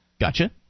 Gotcha